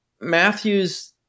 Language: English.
Matthew's